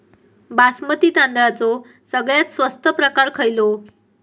बासमती तांदळाचो सगळ्यात स्वस्त प्रकार खयलो?